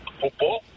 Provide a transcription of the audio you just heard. football